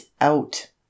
out